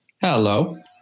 Hello